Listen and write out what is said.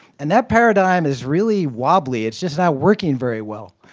and that paradigm is really wobbly, it's just not working very well.